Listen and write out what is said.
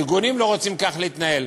ארגונים לא רוצים כך להתנהל.